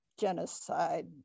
genocide